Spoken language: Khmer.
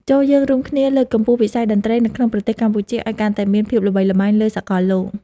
ចូរយើងរួមគ្នាលើកកម្ពស់វិស័យតន្ត្រីនៅក្នុងប្រទេសកម្ពុជាឱ្យកាន់តែមានភាពល្បីល្បាញលើសកលលោក។